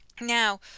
Now